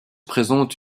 présente